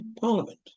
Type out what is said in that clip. parliament